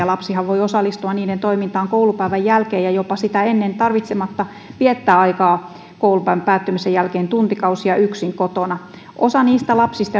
lapsihan voi osallistua niiden toimintaan koulupäivän jälkeen ja jopa sitä ennen tarvitsematta viettää aikaa koulupäivän päättymisen jälkeen tuntikausia yksin kotona osa niistä lapsista